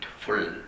full